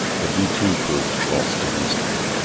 but he too proved false to glooskap,